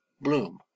Bloom